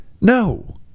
No